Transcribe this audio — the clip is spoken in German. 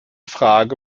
frage